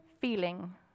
feeling